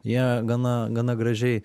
jie gana gana gražiai